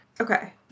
Okay